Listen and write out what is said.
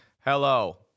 hello